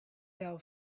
sell